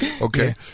Okay